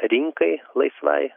rinkai laisvai